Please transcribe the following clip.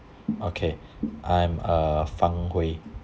okay I'm uh fang hui